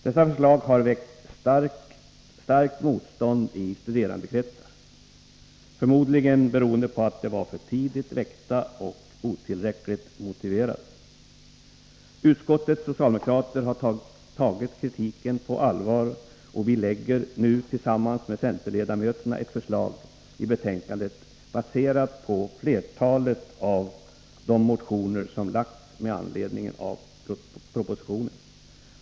Dessa förslag har väckt starkt motstånd i studerandekretsar, förmodligen beroende på att de var för tidigt väckta och otillräckligt motiverade. Utskottet socialdemokrater har tagit kritiken på allvar. Vi lägger nu tillsammans med centerledamöterna fram ett förslag i betänkandet, baserat på flertalet av de motioner som väckts med anledning av propositionen.